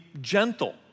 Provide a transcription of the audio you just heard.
gentle